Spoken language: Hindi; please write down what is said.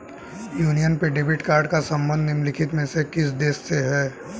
यूनियन पे डेबिट कार्ड का संबंध निम्नलिखित में से किस देश से है?